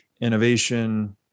innovation